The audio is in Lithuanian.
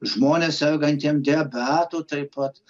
žmonės sergantiem diabetu taip pat